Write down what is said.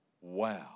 Wow